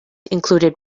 included